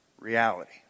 reality